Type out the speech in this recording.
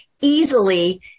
easily